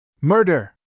Murder